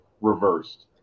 reversed